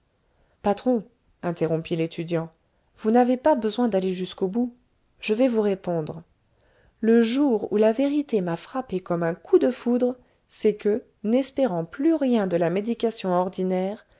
patron interrompit l'étudiant vous n'avez pas besoin d'aller jusqu'au bout je vais vous répondre le jour où la vérité m'a frappé comme un coup de foudre c'est que n'espérant plus rien de la médication ordinaire